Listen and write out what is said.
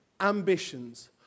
ambitions